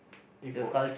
if for